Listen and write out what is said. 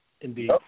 Indeed